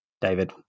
David